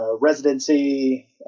residency